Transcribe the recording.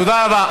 תודה רבה.